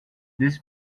this